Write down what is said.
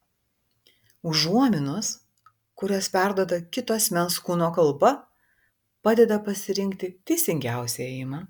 užuominos kurias perduoda kito asmens kūno kalba padeda pasirinkti teisingiausią ėjimą